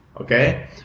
okay